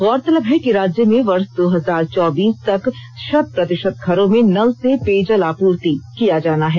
गौरतलब है कि राज्य में वर्ष दो हजार चौबीस तक शत प्रतिशत घरों में नल से पेयजलापूर्ति किया जाना है